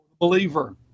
believer